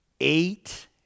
eight